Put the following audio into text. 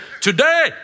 Today